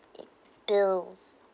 it builds